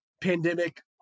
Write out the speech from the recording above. Pandemic